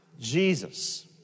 Jesus